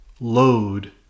load